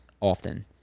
often